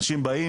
אנשים באים,